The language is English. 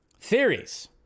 Theories